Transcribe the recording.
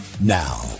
Now